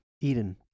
Eden